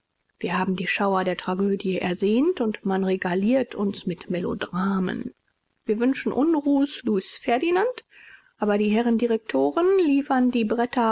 wir haben die schauer der tragödie ersehnt und man regaliert uns mit melodramen wir wünschen unruhs louis ferdinand aber die herren direktoren liefern die bretter